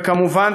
וכמובן,